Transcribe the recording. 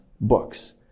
books